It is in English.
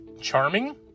Charming